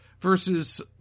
versus